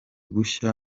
bushya